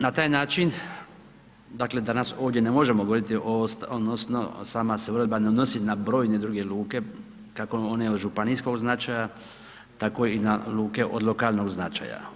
Na taj način, dakle, danas ovdje ne možemo govoriti, odnosno sama se uredba ne odnosi na brojne druge luke, kako one od županijskog značaja, tako i na luke od lokalnog značaja.